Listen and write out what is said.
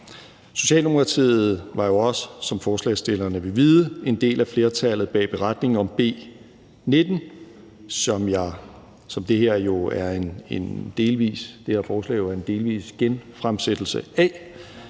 Socialdemokratiet var jo også, som forslagsstillerne vil vide, en del af flertallet bag beretningen over B 19, som det her forslag jo er en delvis genfremsættelse af.